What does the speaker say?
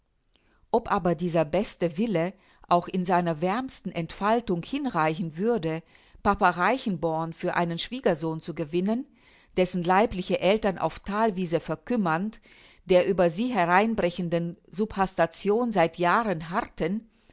ob aber dieser beste wille auch in seiner wärmsten entfaltung hinreichen würde papa reichenborn für einen schwiegersohn zu gewinnen dessen leibliche eltern auf thalwiese verkümmernd der über sie hereinbrechenden subhastation seit jahren harrten